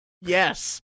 Yes